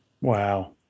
Wow